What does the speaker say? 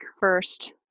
first